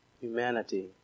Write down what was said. humanity